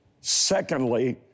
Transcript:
Secondly